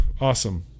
Awesome